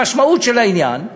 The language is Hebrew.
המשמעות של העניין היא,